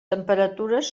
temperatures